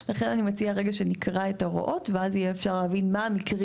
לכן אני מציעה שנקרא את ההוראות ואז אפשר יהיה להבין מה המקרים